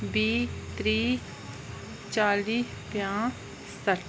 बीह् त्रीह् चाली पंजाह् सट्ठ